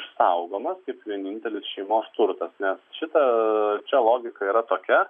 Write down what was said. išsaugomas kaip vienintelis šeimos turtas nes šita čia logika yra tokia